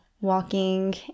walking